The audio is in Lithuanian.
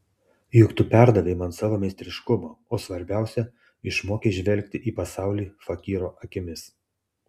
juk tu perdavei man savo meistriškumą o svarbiausia išmokei žvelgti į pasaulį fakyro akimis